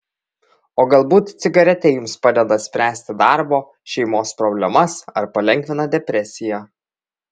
o galbūt cigaretė jums padeda spręsti darbo šeimos problemas ar palengvina depresiją